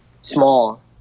small